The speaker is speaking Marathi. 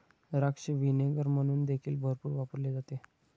द्राक्ष व्हिनेगर म्हणून देखील भरपूर वापरले जाते